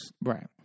Right